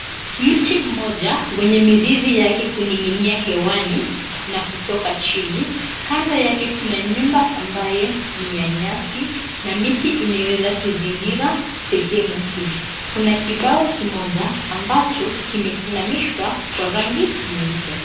Mti mmoja wenye mizizi yake kuninginia hewani na kutoka chini. Kando yake kuna nyumba ambayo ni ya nyasi na miti imeweza kuzingira sehemu hiyo. Kuna kibao kimoja ambacho kimesimamishwa kwa rangi nyeupe.